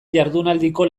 jardunaldiko